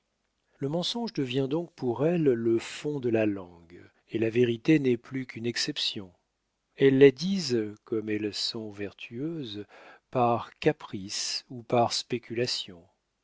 le mensonge devient donc pour elles le fond de la langue et la vérité n'est plus qu'une exception elles la disent comme elles sont vertueuses par caprice ou par spéculation